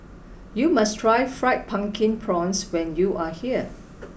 you must try fried pumpkin prawns when you are here